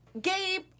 Gabe